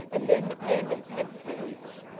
and then the payments had ceased.